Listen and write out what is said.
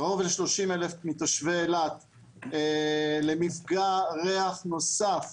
קרוב ל-30,000 מתושבי אילת, למפגע ריח נוסף